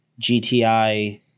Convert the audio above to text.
gti